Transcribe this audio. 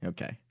Okay